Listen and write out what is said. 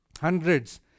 hundreds